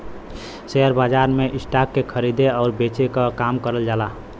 share बाजार में stock के खरीदे आउर बेचे क काम करल जाला